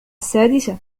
السادسة